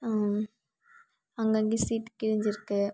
அங்கேங்க சீட்டு கிழிஞ்சிருக்கு